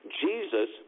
Jesus